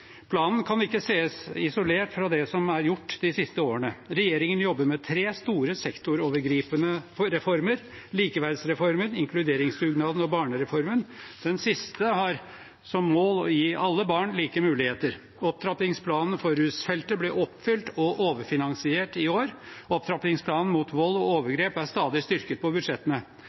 planen ses isolert fra det som er gjort de siste årene. Regjeringen jobber med tre store sektorovergripende reformer: likeverdsreformen, inkluderingsdugnaden og barnereformen. Den siste har som mål å gi alle barn like muligheter. Opptrappingsplanen for rusfeltet ble oppfylt og overfinansiert i år, og opptrappingsplanen mot vold og overgrep er stadig styrket i budsjettene. En stortingsmelding ble nylig lagt fram: Tett på